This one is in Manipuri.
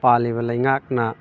ꯄꯥꯜꯂꯤꯕ ꯂꯩꯉꯥꯛꯅ